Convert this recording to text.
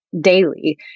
daily